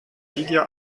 lydia